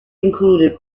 included